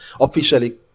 Officially